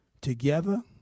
Together